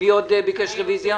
מי עוד ביקש רביזיה?